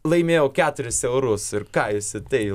laimėjau keturis eurus ir ką jūs į tai